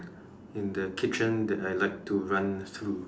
in the kitchen that I like to run through